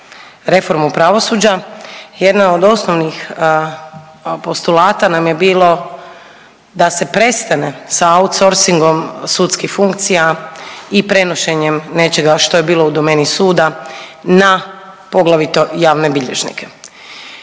reformu pravosuđa. Jedna od osnovnih postulata nam je bilo da se prestane sa outsourcing-om sudskih funkcija i prenošenjem nečega što je bilo u domeni suda na poglavito javne bilježnike.